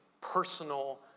personal